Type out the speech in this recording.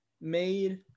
made